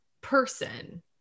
person